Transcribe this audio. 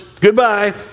Goodbye